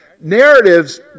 Narratives